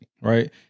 right